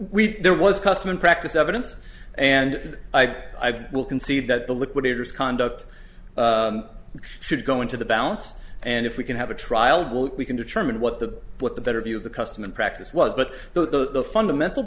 week there was custom and practice evidence and i will concede that the liquidators conduct should go into the balance and if we can have a trial while we can determine what the what the better view of the custom and practice was but though the fundamental